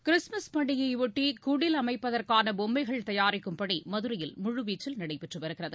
Christmas பண்டிகையையாட்டி குடில் அமைப்பதற்கான பொம்மைகள் தயாரிக்கும் பணி மதுரையில் முழுவீச்சில் நடைபெற்று வருகிறது